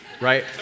right